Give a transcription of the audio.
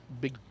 Big